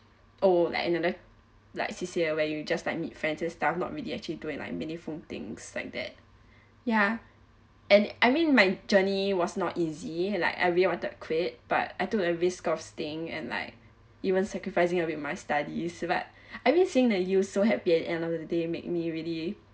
oh like another like C_C_A_ where you just like meet friends and stuff not really actually doing like meaningful things like that ya and I mean my journey was not easy like I really wanted to quit but I took a risk of staying and like even sacrificing a bit my studies but I mean seeing the youths so happy at end of the day make me really